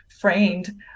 framed